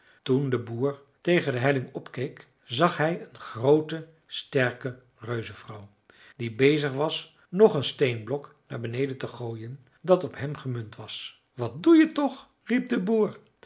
toen de boer tegen de helling opkeek zag hij een groote sterke reuzenvrouw die bezig was nog een steenblok naar beneden te gooien dat op hem gemunt was wat doe je toch riep de boer